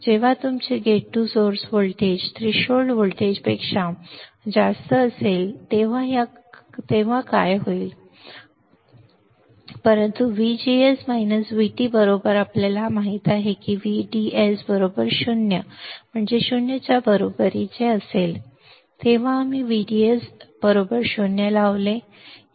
जेव्हा तुमचे gate to source voltage threshold व्होल्टेजपेक्षा जास्त असेल तेव्हा काय होईलप्रभावी v प्रभावी म्हणजे काहीच नाही परंतु VGS VT बरोबर आपल्याला माहित आहे की VDS 0 म्हणजे 0 च्या बरोबरीचा अर्थ जेव्हा आम्ही VDS 0 लावले